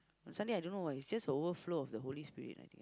on Sunday I don't know why it's just the overflow of the Holy Spirit I think